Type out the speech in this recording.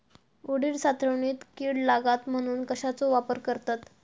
उडीद साठवणीत कीड लागात म्हणून कश्याचो वापर करतत?